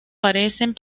parecen